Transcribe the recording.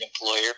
employer